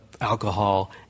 alcohol